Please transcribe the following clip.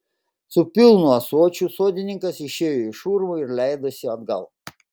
su pilnu ąsočiu sodininkas išėjo iš urvo ir leidosi atgal